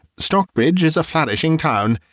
stockbridge is a flourishing town,